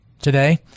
today